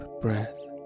breath